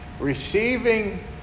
Receiving